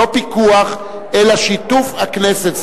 לא פיקוח אלא שיתוף הכנסת,